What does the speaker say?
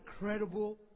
incredible